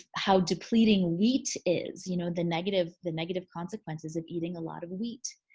how depleting wheat is. you know the negative the negative consequences of eating a lot of wheat.